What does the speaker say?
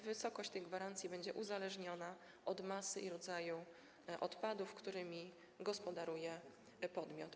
Wysokość tych gwarancji będzie uzależniona od masy i rodzaju odpadów, którymi gospodaruje podmiot.